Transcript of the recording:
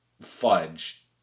fudge